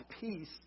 peace